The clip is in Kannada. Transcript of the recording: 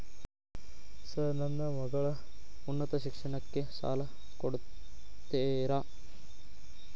ಸರ್ ನನ್ನ ಮಗಳ ಉನ್ನತ ಶಿಕ್ಷಣಕ್ಕೆ ಸಾಲ ಕೊಡುತ್ತೇರಾ?